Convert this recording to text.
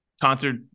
concert